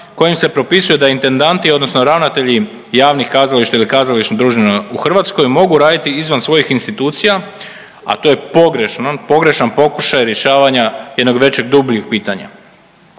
kojim se propisuje da intendanti odnosno ravnatelji javnih kazališta ili kazališnih družina u Hrvatskoj mogu raditi izvan svojih institucija, a to je pogrešno, pogrešan pokušaj rješavanja jedno većeg, dubljeg pitanja.